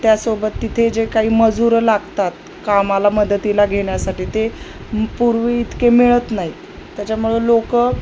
त्यासोबत तिथे जे काही मजूर लागतात कामाला मदतीला घेण्यासाठी ते पूर्वी इतके मिळत नाहीत त्याच्यामुळं लोकं